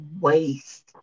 waste